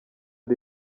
ari